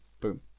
Boom